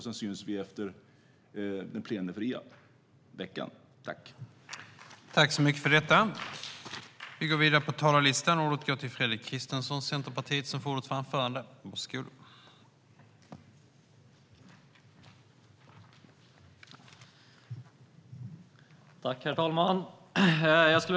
Vi syns efter den plenifria veckan.